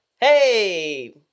Hey